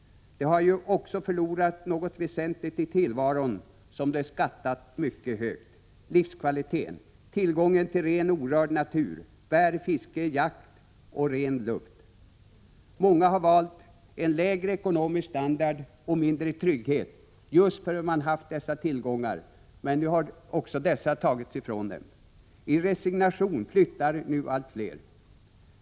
De har ju också i tillvaron förlorat något väsentligt som de skattat mycket högt: livskvaliteten, tillgång till ren och orörd natur, bär, fiske, jakt och ren luft. Många har valt en lägre ekonomisk standard och mindre trygghet just för att man haft dessa tillgångar, men nu har också dessa tagits ifrån dem. I resignation flyttar nu allt fler.